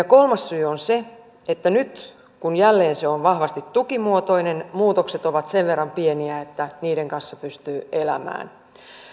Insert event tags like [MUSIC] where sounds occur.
[UNINTELLIGIBLE] kolmas syy on se että nyt kun jälleen se on vahvasti tukimuotoinen muutokset ovat sen verran pieniä että niiden kanssa pystyy elämään